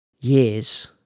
years